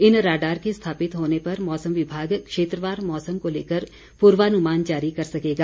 इन radar के स्थापित होने पर मौसम विभाग क्षेत्रवार मौसम को लेकर पुर्वानुमान जारी कर सकेगा